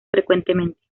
frecuentemente